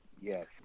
yes